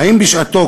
האם בשעתו,